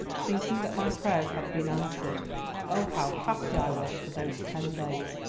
thinking that my prayers had been answered oh, how happy i was for those ten days!